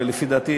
ולפי דעתי,